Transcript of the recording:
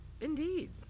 Indeed